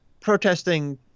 protesting